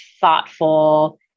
thoughtful